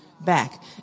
back